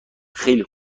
خیلی